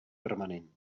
permanent